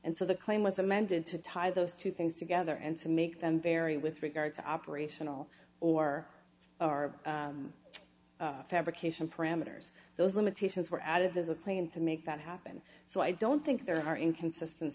and so the claim was amended to tie those two things together and to make them vary with regard to operational or are fabrication parameters those limitations were added there's a plane to make that happen so i don't think there are inconsistent